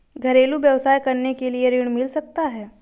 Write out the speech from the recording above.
घरेलू व्यवसाय करने के लिए ऋण मिल सकता है?